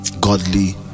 godly